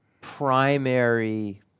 primary